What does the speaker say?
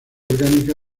orgánica